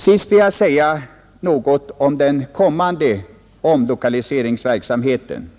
Sist vill jag säga något om den kommande omlokaliseringsverksamheten,